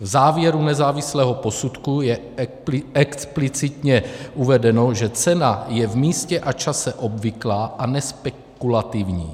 V závěru nezávislého posudku je explicitně uvedeno, že cena je v místě a čase obvyklá a nespekulativní.